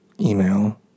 email